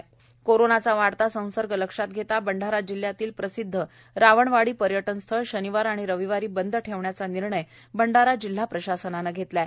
रावनवाडी पर्यटन स्थळ कोरोनाचा वाढता संसर्ग लक्षात घेता भंडारा जिल्ह्यातील प्रसिद्ध रावनवाडी पर्यटन स्थळ शनिवारी व रविवारी बंद ठेवण्याचा निर्णय भंडारा जिल्हा प्रशासनाने घेतला आहे